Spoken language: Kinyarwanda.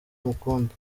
amukunda